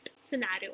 scenario